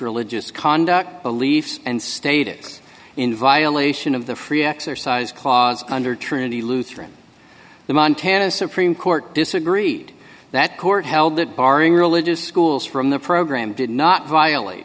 religious conduct beliefs and state is in violation of the free exercise clause under trinity lutheran the montana supreme court disagreed that court held that barring religious schools from the program did not violate